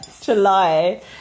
July